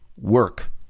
work